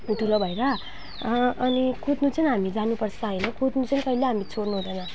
ठुलो भएर अनि कुद्नु चाहिँ हामी जानु पर्छ होइन कुद्नु चाहिँ कहिले हामीले छोड्नु हुँदैन